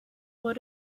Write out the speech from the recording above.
what